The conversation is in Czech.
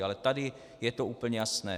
Ale tady je to úplně jasné.